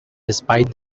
despite